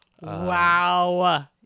Wow